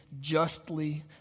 justly